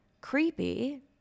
creepy